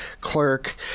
clerk